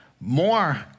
more